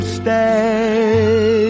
stay